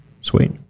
sweet